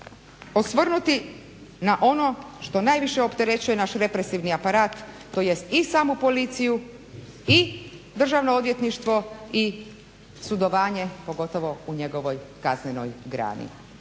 osvrnuti na ono što najviše opterećuje naš represivni aparat tj. i samu policiju i Državno odvjetništvo i sudovanje pogotovo u njegovoj kaznenoj grani,